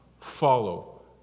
follow